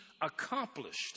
accomplished